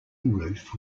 roof